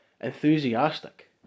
enthusiastic